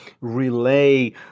relay